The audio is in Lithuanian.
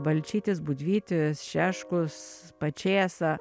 balčytis budvytis šeškus pačėsa